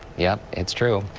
yep, it's true.